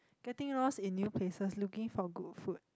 getting lost in new places looking for good food